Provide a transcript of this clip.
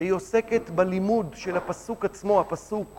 היא עוסקת בלימוד של הפסוק עצמו, הפסוק.